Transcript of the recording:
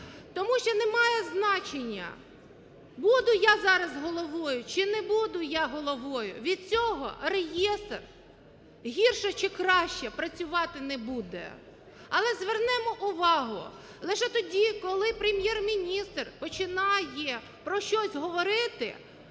Тому що немає значення, буду я зараз головою чи не буду я головою, від цього реєстр гірше чи краще працювати не буде. Але звернемо увагу, лише тоді, коли Прем'єр-міністр починає про щось говорити,